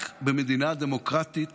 רק במדינה דמוקרטית